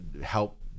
help